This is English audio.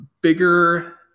bigger